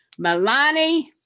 Milani